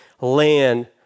land